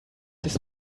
his